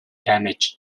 damage